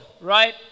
right